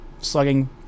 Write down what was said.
slugging